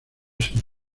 sin